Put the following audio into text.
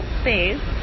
space